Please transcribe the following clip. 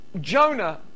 Jonah